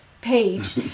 page